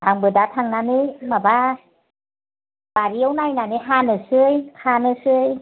आंबो दा थांनानै माबा बारियाव नायनानै हानोसै खानोसै